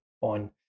on